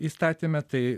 įstatyme tai